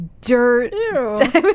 dirt